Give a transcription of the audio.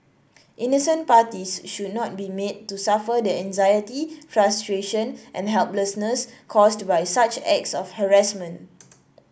innocent parties should not be made to suffer the anxiety frustration and helplessness caused by such acts of harassment